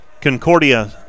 Concordia